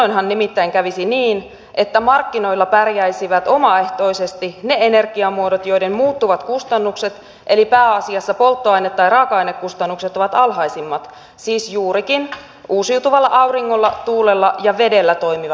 silloinhan nimittäin kävisi niin että markkinoilla pärjäisivät omaehtoisesti ne energiamuodot joiden muuttuvat kustannukset eli pääasiassa polttoaine tai raaka ainekustannukset ovat alhaisimmat siis juurikin uusiutuvilla auringolla tuulella ja vedellä toimivat laitokset